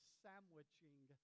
sandwiching